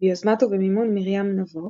ביוזמת ובמימון מרים נבו,